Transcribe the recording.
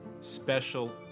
special